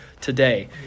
today